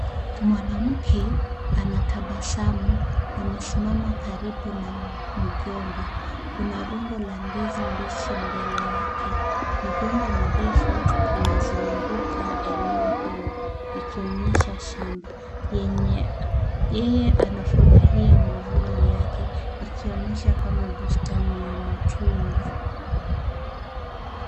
Mwanamke anatabasamu. Amesimama karibu na mgomba. Kuna rundo la ndizi mbichi mbele yake. Migomba mirefu inazunguka eneo hilo ikionyesha shamba. Yeye anafurahia mavuno yake ikionyesha kama bustani ya matunda.